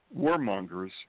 warmongers